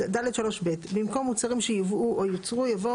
במקום "מוצרים שיובאו או יוצרו" יבוא